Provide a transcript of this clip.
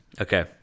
Okay